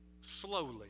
slowly